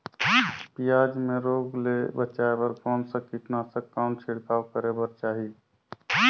पियाज मे रोग ले बचाय बार कौन सा कीटनाशक कौन छिड़काव करे बर चाही?